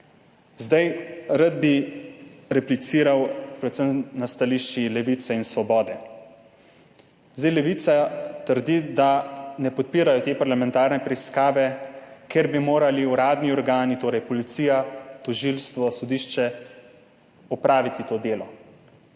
Rad bi repliciral predvsem na stališči Levice in Svobode. Levica trdi, da ne podpirajo te parlamentarne preiskave, ker bi morali uradni organi, torej policija, tožilstvo, sodišče, opraviti to delo,